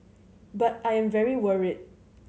but I am very worried